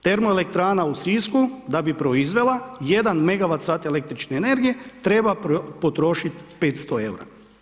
Termoelektrana u Sisku, da bi proizvela megawat sat električne energije, treba potrošiti 500 eura.